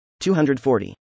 240